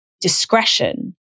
discretion